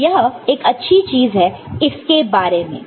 तो यह एक अच्छी चीज है इसके बारे में